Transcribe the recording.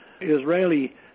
Israeli